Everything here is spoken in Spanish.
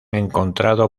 encontrado